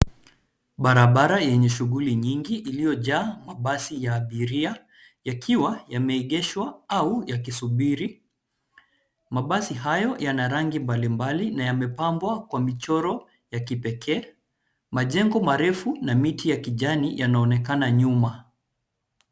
Barabara yenye shughuli nyingi iliyojaa mabasi ya abiria yakiwa yamegeshwa au yakisubiri. Mabasi hayo yana rangi mbalimbali na yamepambwa kwa michoro ya kipekee. Majengo marefu na miti ya kijani yanaonekana nyuma.